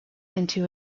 into